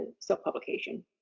self-publication